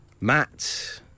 Matt